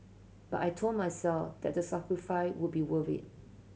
but I told myself that the sacrifice would be worth it